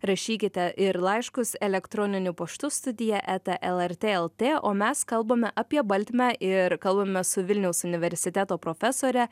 rašykite ir laiškus elektroniniu paštu studija eta lrt lt o mes kalbame apie baltmę ir kalbamės su vilniaus universiteto profesore